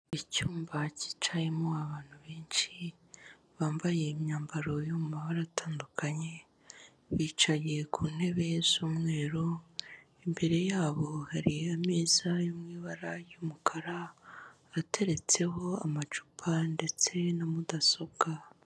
Icyumba cyicayemo abantu benshi bambaye imyambaro yo mu mabara atandukanye bicaye ku ntebe z'umweru imbere yabo hari ameza ari mu ibara ry'umukara ateretseho amacupa ndetse na mudasobwa.